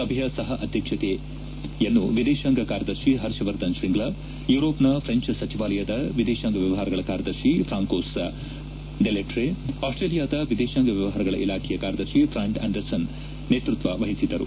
ಸಭೆಯ ಸಹ ಅಧ್ಯಕ್ಷತೆಯನ್ನು ವಿದೇಶಾಂಗ ಕಾರ್ಯದರ್ಶಿ ಹರ್ಷವರ್ಧನ್ ಶ್ರೀಂಗ್ಲಾ ಯೂರೋಪ್ನ ಫ್ರೆಂಚ್ ಸಚಿವಾಲಯದ ವಿದೇಶಾಂಗ ವ್ಯವಹಾರಗಳ ಕಾರ್ಯದರ್ಶಿ ಫ್ರಾಂಕೋಸ್ ಡೆಲೆಟ್ರೇ ಆಸ್ಟ್ರೇಲಿಯಾದ ವಿದೇಶಾಂಗ ವ್ಯವಹಾರಗಳ ಇಲಾಖೆಯ ಕಾರ್ಯದರ್ಶಿ ಫ್ರಾನ್ಸ್ ಅಡಂಸನ್ ನೇತೃತ್ವ ವಹಿಸಿದ್ದರು